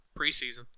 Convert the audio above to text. Preseason